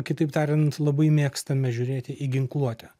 kitaip tariant labai mėgstame žiūrėti į ginkluotę